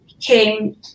came